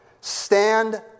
Stand